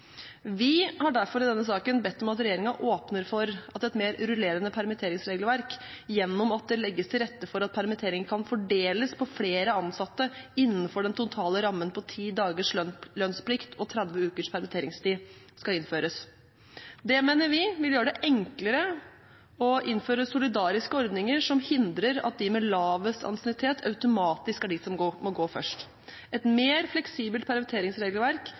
Vi har derfor i denne saken bedt om at regjeringen åpner for et mer rullerende permitteringsregelverk gjennom at det legges til rette for at permittering kan fordeles på flere ansatte innenfor den totale rammen på 10 dagers lønnsplikt og 30 ukers permitteringstid. Det mener vi vil gjøre det enklere å innføre solidariske ordninger som hindrer at de med lavest ansiennitet automatisk er de som må gå først. Et mer fleksibelt permitteringsregelverk